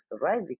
right